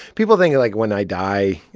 people think, like, when i die,